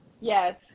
yes